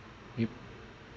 you